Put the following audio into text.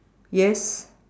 yes